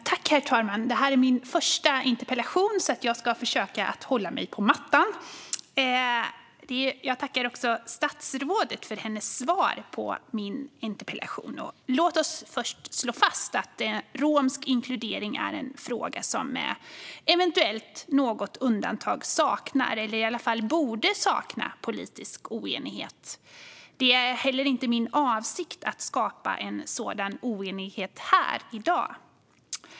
Herr talman! Det här är min första interpellationsdebatt. Jag ska försöka att hålla mig på mattan. Jag tackar statsrådet för hennes svar på min interpellation. Låt oss först slå fast att romsk inkludering är en fråga som eventuellt med något undantag borde sakna politisk oenighet. Det är heller inte min avsikt att skapa en sådan oenighet här i dag.